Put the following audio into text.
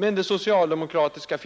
Men det socialdemokratiska